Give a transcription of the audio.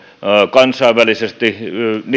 kansainvälisesti niitä